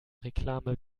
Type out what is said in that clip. reklame